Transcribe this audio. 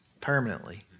permanently